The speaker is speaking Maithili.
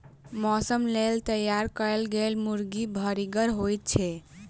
मौसक लेल तैयार कयल गेल मुर्गी भरिगर होइत छै